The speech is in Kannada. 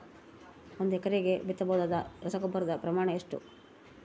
ಒಂದು ಎಕರೆಗೆ ಬಿತ್ತಬಹುದಾದ ರಸಗೊಬ್ಬರದ ಪ್ರಮಾಣ ಎಷ್ಟು?